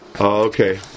Okay